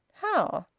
how?